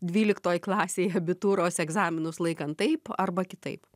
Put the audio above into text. dvyliktoj klasėj abitūros egzaminus laikant taip arba kitaip